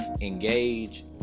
Engage